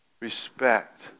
respect